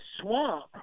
swamp